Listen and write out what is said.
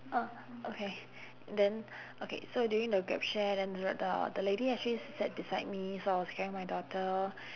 oh okay then okay so during the grab share then t~ uh the lady actually sat beside me so I was carrying my daughter